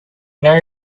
know